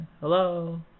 Hello